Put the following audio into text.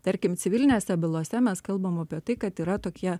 tarkim civilinėse bylose mes kalbam apie tai kad yra tokie